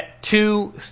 two –